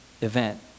event